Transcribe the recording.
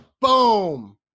Boom